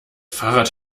fahrrad